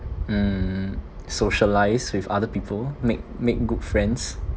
mm socialise with other people make make good friends